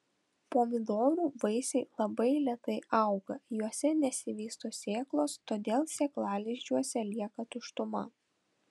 pomidorų vaisiai labai lėtai auga juose nesivysto sėklos todėl sėklalizdžiuose lieka tuštuma